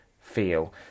feel